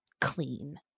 clean